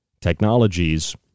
technologies